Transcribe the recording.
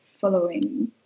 following